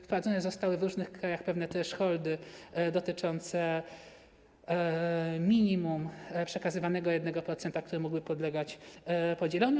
Wprowadzone zostały w różnych krajach też pewne holdy dotyczące minimum przekazywanego 1%, który mógłby podlegać podzieleniu.